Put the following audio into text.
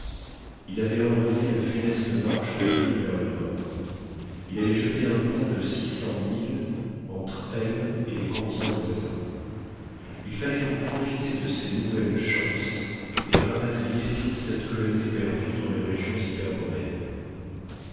il avait enrayé la funeste marche de l'île vers le nord il allait jeter un pont de six cents milles entre elles et les continents voisins il fallait donc profiter de ces nouvelles chances et rapatrier toute cette colonie perdue dans les régions